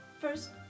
first